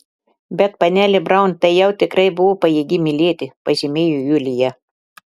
bet panelė braun tai jau tikrai buvo pajėgi mylėti pažymėjo julija